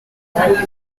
dementia